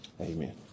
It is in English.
Amen